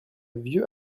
vieux